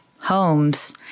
Homes